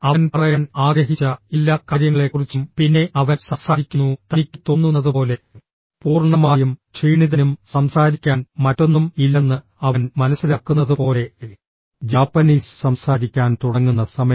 അവൻ പറയാൻ ആഗ്രഹിച്ച എല്ലാ കാര്യങ്ങളെക്കുറിച്ചും പിന്നെ അവൻ സംസാരിക്കുന്നു തനിക്ക് തോന്നുന്നതുപോലെ പൂർണ്ണമായും ക്ഷീണിതനും സംസാരിക്കാൻ മറ്റൊന്നും ഇല്ലെന്ന് അവൻ മനസ്സിലാക്കുന്നതുപോലെ ജാപ്പനീസ് സംസാരിക്കാൻ തുടങ്ങുന്ന സമയം